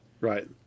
Right